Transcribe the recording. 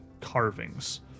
carvings